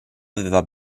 aveva